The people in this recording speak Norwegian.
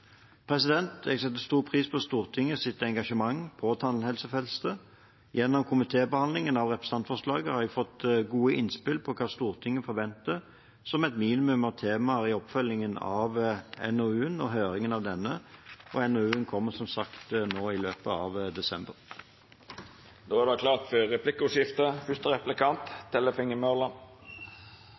Jeg setter stor pris på Stortingets engasjement på tannhelsefeltet. Gjennom komitébehandlingen av representantforslaget har jeg fått gode innspill om hva Stortinget forventer som et minimum av temaer i oppfølgingen av NOU-en og høringen av denne. NOU-en kommer som sagt i løpet av